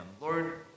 Lord